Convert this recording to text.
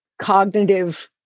cognitive